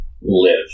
live